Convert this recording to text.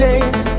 Days